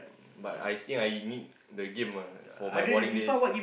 but I think I need the game ah for my boring days